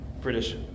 British